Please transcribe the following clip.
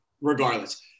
regardless